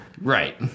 Right